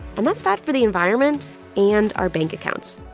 and that's bad for the environment and our bank accounts